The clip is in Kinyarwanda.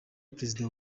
perezida